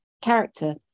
character